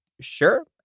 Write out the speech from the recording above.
Sure